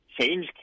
change